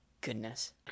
Goodness